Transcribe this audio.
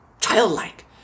childlike